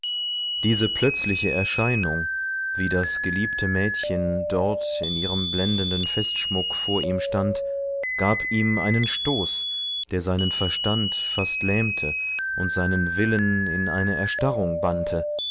diese plötzliche erscheinung wie das geliebte mädchen dort in ihrem blendenden festschmuck vor ihm stand gab ihm einen stoß der seinen verstand fast lähmte und seinen willen in eine erstarrung bannte